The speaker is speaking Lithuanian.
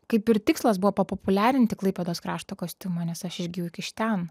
kaip ir tikslas buvo papopuliarinti klaipėdos krašto kostiumą nes aš iš gi iš ten